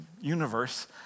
universe